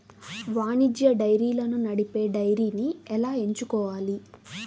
వాణిజ్య డైరీలను నడిపే డైరీని ఎలా ఎంచుకోవాలి?